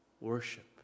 worship